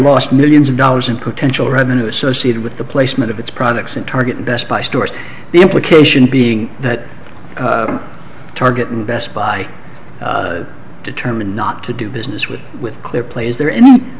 lost millions of dollars in potential revenue associated with the placement of its products and target and best buy stores the implication being that the target and best buy determined not to do business with with clear play is there any